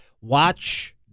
Watch